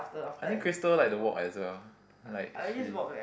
I think Crystal like the walk as well like she